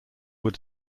were